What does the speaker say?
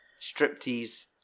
Striptease